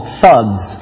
thugs